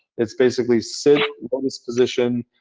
it's basically sit lotus position.